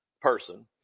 person